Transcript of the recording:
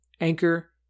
Anchor